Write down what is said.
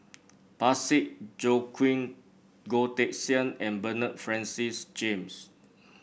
Parsick Joaquim Goh Teck Sian and Bernard Francis James